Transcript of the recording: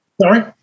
Sorry